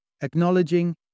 Acknowledging